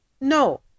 no